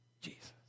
Jesus